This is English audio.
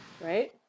Right